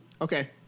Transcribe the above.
Okay